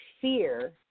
fear